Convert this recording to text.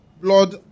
blood